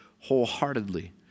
wholeheartedly